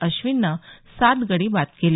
अश्वीननं सात गडी बाद केले